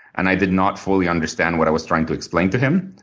and i did not fully understand what i was trying to explain to him.